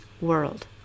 World